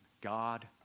God